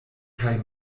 kaj